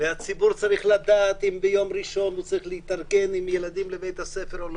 והציבור צריך לדעת אם ביום ראשון הוא צריך להתארגן עם הילדים וראשי